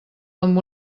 amb